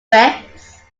wits